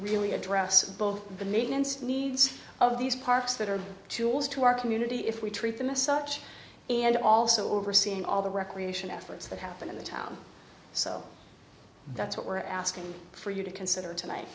really address both the need instant needs of these parks that are tools to our community if we treat them as such and also overseeing all the recreation efforts that happen in the town so that's what we're asking for you to consider tonight